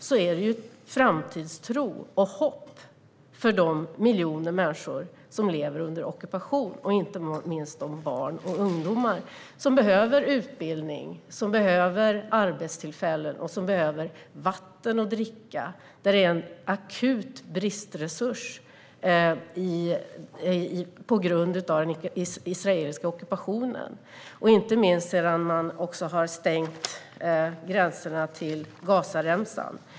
Jo, det är framtidstro och hopp för de miljoner människor som lever under ockupation, inte minst de barn och ungdomar som behöver utbildning och arbetstillfällen och som behöver dricksvatten, vilket är en akut bristresurs på grund av den israeliska ockupationen, inte minst sedan man stängt gränserna till Gazaremsan.